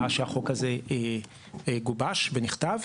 מאז החוק הזה גובש ונכתב,